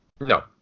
No